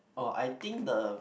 oh I think the